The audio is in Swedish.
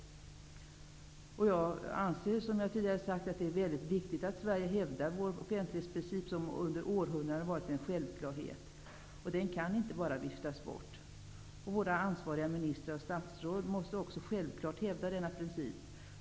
Jag anser att det är viktigt att Sverige hävdar sin offentlighetsprincip, som under århundraden har varit en självklarhet. Offentlighetsprincipen kan inte bara viftas bort. Ansvariga ministrar och statsråd måste självfallet också hävda denna princip.